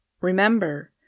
Remember